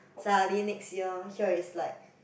suddenly next year here is like